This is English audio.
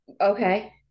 Okay